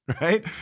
right